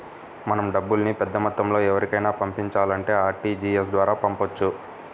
మనం డబ్బుల్ని పెద్దమొత్తంలో ఎవరికైనా పంపించాలంటే ఆర్టీజీయస్ ద్వారా పంపొచ్చు